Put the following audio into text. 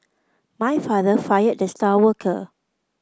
my father fired the star worker